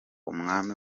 umwami